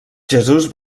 jesús